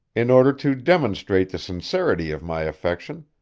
in order to demonstrate the sincerity of my affection,